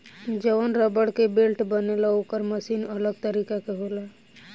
जवन रबड़ के बेल्ट बनेला ओकर मशीन अलग तरीका के होला